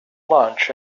lunch